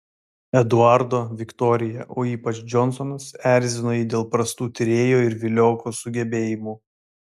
eduardo viktorija o ypač džonsonas erzino jį dėl prastų tyrėjo ir vilioko sugebėjimų